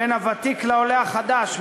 בין הוותיק לעולה החדש,